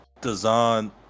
design